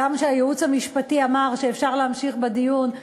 הגם שהייעוץ המשפטי אמר שאפשר להמשיך בדיון,